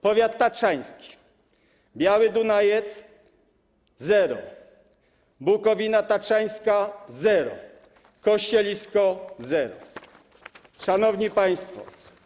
Powiat tatrzański: Biały Dunajec - zero, Bukowina Tatrzańska - zero, Kościelisko - zero. Szanowni Państwo!